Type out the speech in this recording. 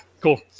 cool